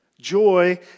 Joy